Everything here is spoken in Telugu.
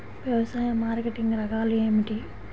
వ్యవసాయ మార్కెటింగ్ రకాలు ఏమిటి?